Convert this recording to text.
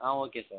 ah okay sir